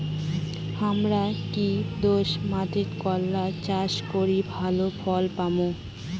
হামরা কি দোয়াস মাতিট করলা চাষ করি ভালো ফলন পামু?